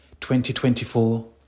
2024